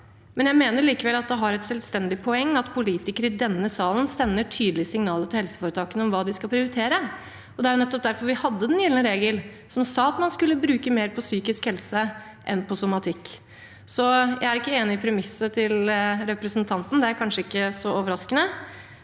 Jeg mener likevel at det er et selvstendig poeng at politikere i denne salen sender tydelige signaler til helseforetakene om hva de skal prioritere. Det var nettopp derfor vi hadde den gylne regel, som sa at man skulle bruke mer på psykisk helse enn på somatikk. Så jeg er ikke enig i premisset til representanten. Det er kanskje ikke så overraskende.